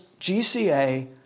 GCA